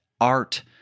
art